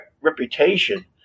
reputation